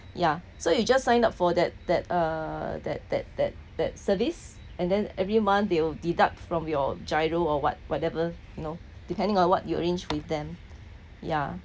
ya so you just sign up for that that uh that that that that service and then every month they'll deduct from your GIRO or what whatever you know depending on what you're arranged with them ya